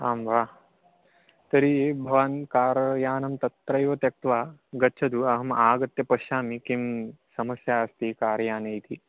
आं वा तर्हि भवान् कारयानं तत्रैव त्यक्त्वा गच्छतु अहम् आगत्य पश्यामि किं समस्या अस्ति कार्याने इति